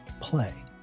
Play